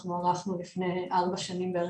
אנחנו ערכנו מחקר לפני ארבע שנים בערך,